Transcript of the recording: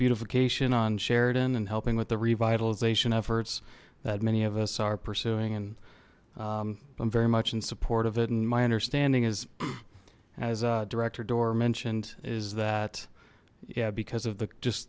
beautification on sheridan and helping with the revitalization efforts that many of us are pursuing and i'm very much in support of it and my understanding is as a director d'or mentioned is that yeah because of the just